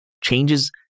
changes